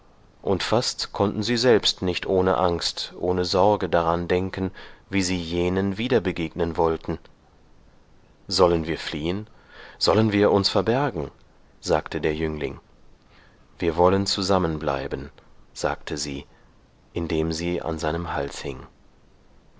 und fast konnten sie selbst nicht ohne angst ohne sorge daran denken wie sie jenen wiederbegegnen wollten sollen wir fliehen sollen wir uns verbergen sagte der jüngling wir wollen zusammenbleiben sagte sie indem sie an seinem hals hing